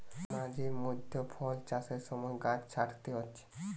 মাঝে মধ্যে ফল চাষের সময় গাছ ছাঁটতে হচ্ছে